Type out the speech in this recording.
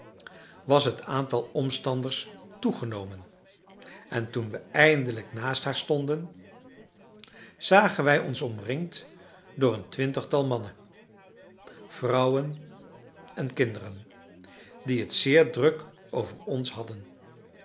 was het aantal omstanders toegenomen en toen we eindelijk naast haar stonden zagen wij ons omringd door een twintigtal mannen vrouwen en kinderen die het zeer druk over ons hadden